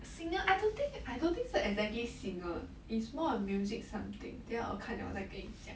singer I don't think I don't think 是 exactly singer it's more of music something 等一下我看了我就跟你讲